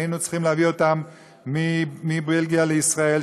היינו צריכים להביא אותם מבלגיה לישראל,